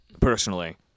personally